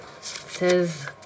says